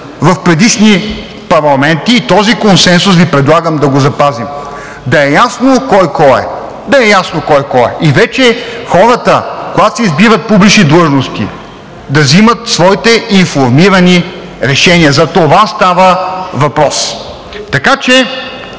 в предишни парламенти и този консенсус Ви предлагам да го запазим – да е ясно кой кой е. Да е ясно кой кой е. И вече хората, когато се избират публични длъжности, да взимат своите информирани решения. За това става въпрос. Така че,